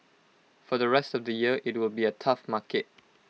for the rest of the year IT will be A tough market